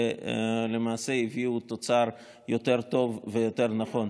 ולמעשה הביאו תוצר יותר טוב ויותר נכון.